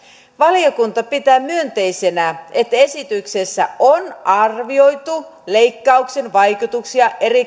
valiokunta pitää myönteisenä että esityksessä on arvioitu leikkauksen vaikutuksia eri